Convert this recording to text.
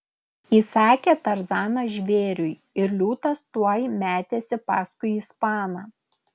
įsakė tarzanas žvėriui ir liūtas tuoj metėsi paskui ispaną